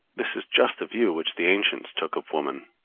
this is just the view which the ancients took of woman,